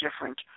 different